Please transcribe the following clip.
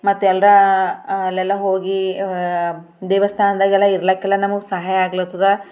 ಮತ್ತೆ ಎಲ್ಲ ಅಲ್ಲೆಲ್ಲ ಹೋಗಿ ದೇವಸ್ಥಾನ್ದಾಗೆಲ್ಲ ಇರ್ಲಿಕ್ಕೆಲ್ಲ ನಮಗೆ ಸಹಾಯ ಆಗ್ಲತ್ತದ